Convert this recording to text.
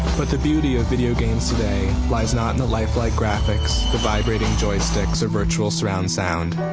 but the beauty of video games today lies not in the lifelike graphics, the vibrating joysticks or virtual surround sound.